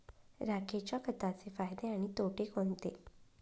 राखेच्या खताचे फायदे आणि तोटे कोणते?